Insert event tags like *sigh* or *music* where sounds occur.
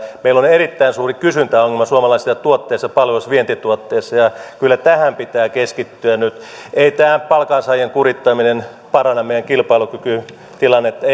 meillä on erittäin suuri kysyntäongelma suomalaisissa tuotteissa palvelu ja vientituotteissa ja kyllä tähän pitää keskittyä nyt ei tämä palkansaajien kurittaminen paranna meidän kilpailukykytilannettamme *unintelligible*